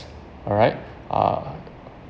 alright uh